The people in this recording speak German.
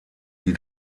wie